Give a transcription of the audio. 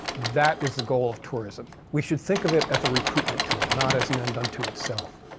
that is the goal of tourism. we should think of it as a recruitment tool, not as an end unto itself.